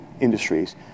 industries